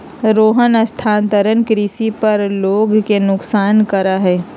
रोहन स्थानांतरण कृषि पर लोग के नुकसान करा हई